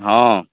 ହଁ